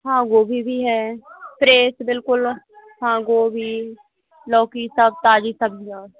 हाँ गोभी भी है फ्रेश बिल्कुल हाँ गोभी लौकी सब सारी सब्ज़ियाँ